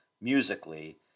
musically